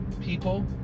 people